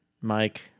Mike